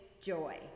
joy